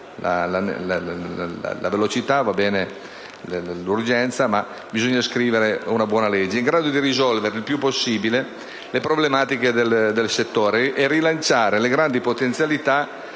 dei tempi e l'urgenza, ma bisogna scrivere una buona legge, in grado di risolvere il più possibile le problematiche del settore e rilanciare le grandi potenzialità